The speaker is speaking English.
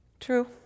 True